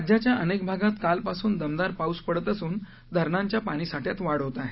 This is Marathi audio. राज्याच्या अनेक भागात कालपासून दमदार पाऊस पडत असून धरणांच्या पाणीसाठ्यात वाढ होत आहे